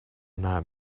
not